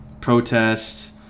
protests